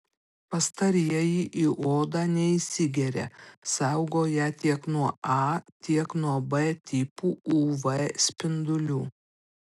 pastarieji į odą neįsigeria saugo ją tiek nuo a tiek nuo b tipų uv spindulių